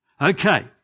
Okay